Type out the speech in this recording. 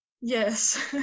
yes